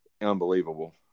unbelievable